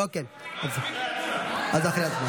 אוקיי, אז אחרי ההצבעה.